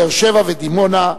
באר-שבע ודימונה,